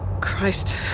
Christ